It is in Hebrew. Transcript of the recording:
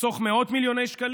לחסוך מאות מיליוני שקלים,